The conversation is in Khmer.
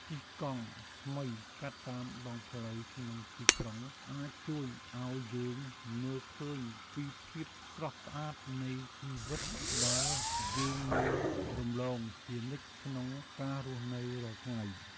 ជិះកង់ថ្មីកាត់តាមដងផ្លូវក្នុងទីក្រុងអាចជួយឱ្យយើងមើលឃើញពីភាពស្រស់ស្អាតនៃជីវិតដែលយើងមើលរំលងជានិច្ចក្នុងការរស់នៅរាល់ថ្ងៃ។